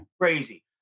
Crazy